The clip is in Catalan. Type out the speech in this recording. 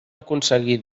aconseguir